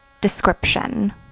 description